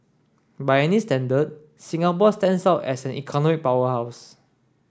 by any standard Singapore stands out as an economic powerhouse